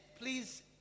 please